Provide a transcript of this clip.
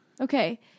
Okay